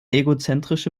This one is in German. egozentrische